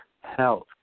health